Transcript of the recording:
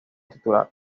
titular